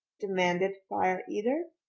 demanded fire eater.